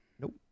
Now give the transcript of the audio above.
Nope